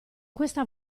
questa